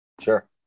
Sure